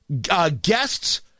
guests